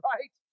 Right